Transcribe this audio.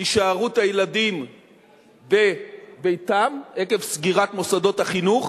הישארות הילדים בביתם עקב סגירת מוסדות החינוך.